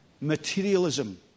materialism